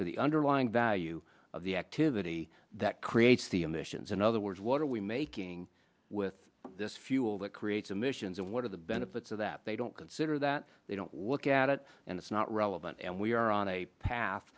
to the underlying value of the activity that creates the emissions in other words what are we making with this fuel that creates emissions and what are the benefits of that they don't consider that they don't look at it and it's not relevant and we are on a path